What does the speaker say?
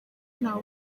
ntawe